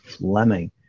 Fleming